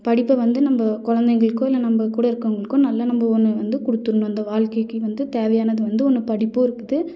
படிப்பை வந்து நம்ம குலந்தைங்களுக்கோ இல்லை நம்மக் கூட இருக்கிறவங்களுக்கோ நல்லா நம்ம ஒன்று வந்து கொடுத்துர்ணும் இந்த வாழ்க்கைக்கு வந்து தேவையானது வந்து ஒன்று படிப்பும் இருக்குது